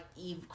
eve